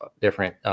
different